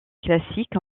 classique